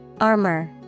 Armor